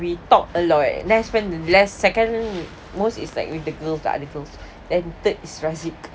we talk a lot less spend then second most is like with the girls the other girls then third is raziq